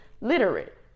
literate